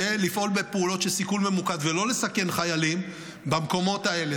ולפעול בפעולות של סיכול ממוקד ולא לסכן חיילים במקומות האלה.